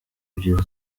byiza